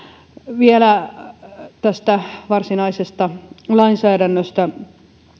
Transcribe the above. vielä tästä varsinaisesta lainsäädännöstä